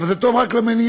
אבל זה טוב רק למניעה,